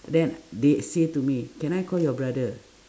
then they say to me can I call your brother